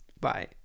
Bye